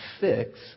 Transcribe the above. fix